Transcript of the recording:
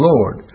Lord